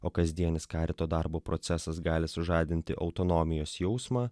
o kasdienis karito darbo procesas gali sužadinti autonomijos jausmą